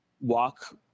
walk